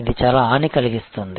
ఇది చాలా హాని కలిగిస్తుంది